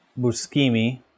Buscemi